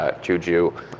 Juju